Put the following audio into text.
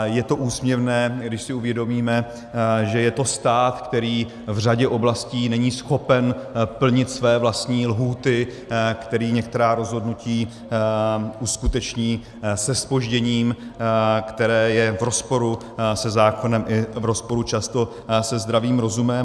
Je to úsměvné, když si uvědomíme, že je to stát, který v řadě oblastí není schopen plnit své vlastní lhůty, který některá rozhodnutí uskuteční se zpožděním, které je v rozporu se zákonem i v rozporu často se zdravým rozumem.